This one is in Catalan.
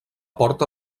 porta